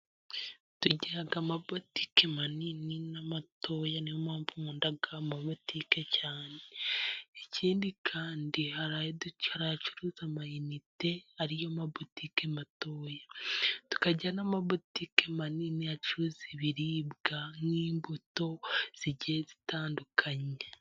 Tugira amabotike manani n'amatoya. Niyo mpamvu nkunda cyane. Ikindi kandi hari acuruza amayinite, ariyo mabotique matoya. Tukajya n'amabotique manini acuza ibiribwa nk'imbuto zigiye zitandukanye.